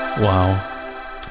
Wow